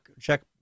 check